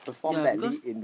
yea because